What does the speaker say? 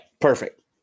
perfect